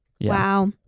Wow